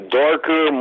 darker